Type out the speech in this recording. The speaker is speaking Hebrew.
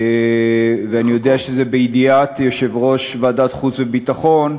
ואני יודע שזה בידיעת יושב-ראש ועדת החוץ והביטחון,